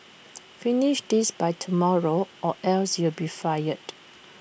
finish this by tomorrow or else you'll be fired